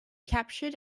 captured